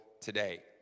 today